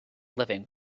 living